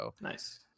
Nice